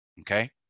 okay